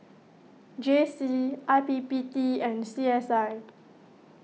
J C I P P T and C S I